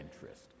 interest